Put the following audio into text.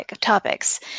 topics